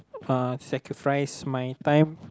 uh sacrifice my time